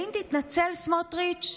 האם תתנצל, סמוטריץ'?